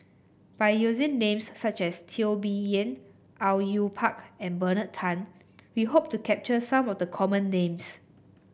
by using names such as Teo Bee Yen Au Yue Pak and Bernard Tan we hope to capture some of the common names